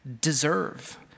deserve